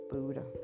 Buddha